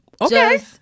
okay